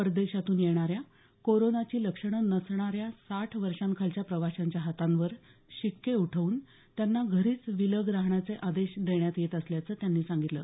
परदेशातून येणाऱ्या कोरोनाची लक्षणं नसणाऱ्या साठ वर्षांखालच्या प्रवाशांच्या हातांवर शिक्के उठवून त्यांना घरीच विलग राहण्याचे आदेश देण्यात येत असल्याचं त्यांनी सांगितलं